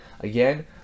again